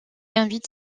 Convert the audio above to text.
invite